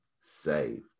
saved